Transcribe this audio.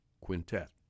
quintet